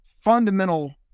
fundamental